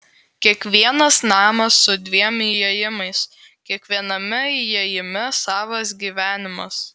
kiekvienas namas su dviem įėjimais kiekviename įėjime savas gyvenimas